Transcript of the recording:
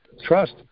trust